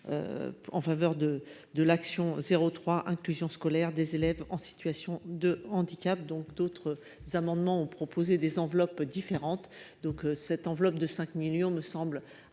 en faveur de de l'action 03 inclusion scolaire des élèves en situation de handicap, donc d'autres amendements ont proposé des enveloppes différentes donc cette enveloppe de 5 millions me semble